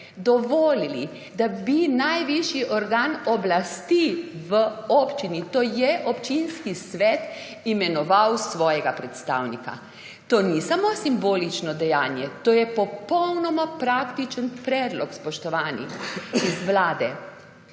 dovolili, da bi najvišji organ oblasti v občini, to je občinski svet, imenoval svojega predstavnika. To ni samo simbolično dejanje, to je popolnoma praktičen predlog, spoštovani z Vlade.